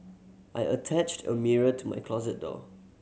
I attached a mirror to my closet door